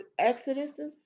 exoduses